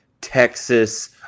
Texas